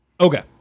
Okay